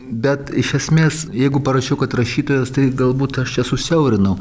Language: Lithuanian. bet iš esmės jeigu parašiau kad rašytojas tai galbūt aš čia susiaurinau